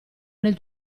nel